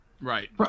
Right